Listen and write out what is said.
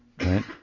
right